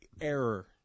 error